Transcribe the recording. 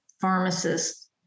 pharmacists